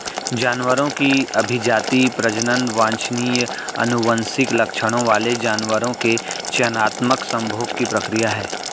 जानवरों की अभिजाती, प्रजनन वांछनीय आनुवंशिक लक्षणों वाले जानवरों के चयनात्मक संभोग की प्रक्रिया है